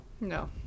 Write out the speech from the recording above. No